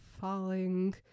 falling